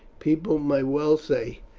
people may well say,